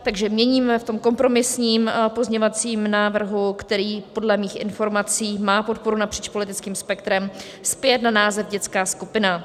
Takže měníme v tom kompromisním pozměňovacím návrhu, který podle mých informací má podporu napříč politickým spektrem, zpět na název dětská skupina.